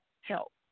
help